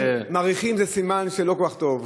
כשמאריכים זה סימן שלא כל כך טוב,